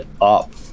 up